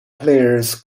players